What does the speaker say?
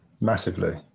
massively